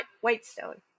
Whitestone